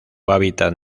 hábitat